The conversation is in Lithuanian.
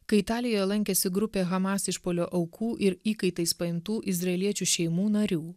kai italijoje lankėsi grupė hamas išpuolio aukų ir įkaitais paimtų izraeliečių šeimų narių